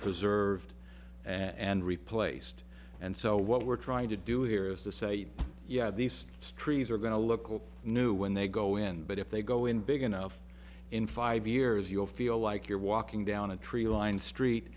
preserved and replaced and so what we're trying to do here is to say yeah these trees are going to look new when they go in but if they go in big enough in five years you'll feel like you're walking down a tree lined street